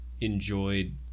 enjoyed